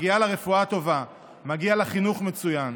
מגיעה לה רפואה טובה, מגיע לה חינוך מצוין.